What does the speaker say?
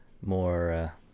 more